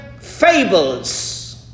fables